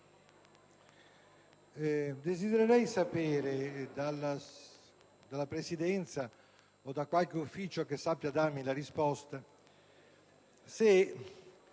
desidererei sapere dalla Presidenza, o da qualche Ufficio che sappia darmi la risposta, se